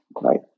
right